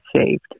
saved